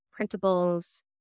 printables